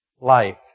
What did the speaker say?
life